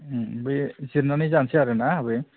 बे जिरनानै जानोसै आरो ना आबै